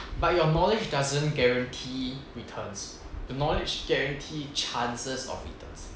but your knowledge doesn't guarantee returns your knowledge guarantee chances of returns